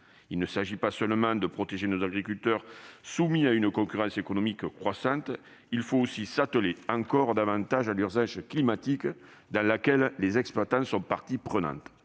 Il ne s'agit pas seulement de protéger nos agriculteurs, soumis à une concurrence économique croissante. Il faut aussi s'atteler encore davantage à l'urgence climatique ; les exploitants y sont partie prenante.